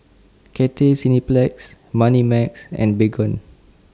Cathay Cineplex Moneymax and Baygon